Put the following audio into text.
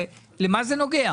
למה זה נוגע?